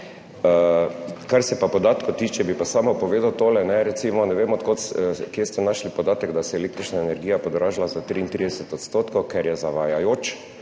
Kar se pa podatkov tiče, bi pa samo povedal tole, recimo ne vem kje ste našli podatek, da se je električna energija podražila za 33 %, ker je zavajajoč.